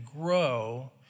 grow